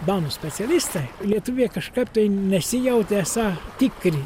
danų specialistai lietuviai kažkap tai nesijautė esą tikri